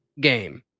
game